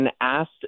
asked